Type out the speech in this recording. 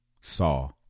saw